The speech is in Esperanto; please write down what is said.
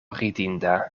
ridinda